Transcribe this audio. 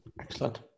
Excellent